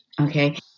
Okay